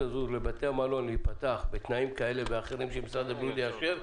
הזו לבתי המלון להיפתח בתנאים כאלה ואחרים שמשרד הבריאות יאשר,